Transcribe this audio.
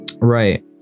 right